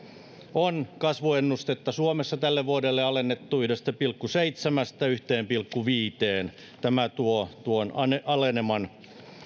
on kasvuennustetta suomessa tälle vuodelle alennettu yhdestä pilkku seitsemästä yhteen pilkku viiteen tämä tuo tuon aleneman